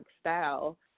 style